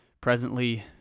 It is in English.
presently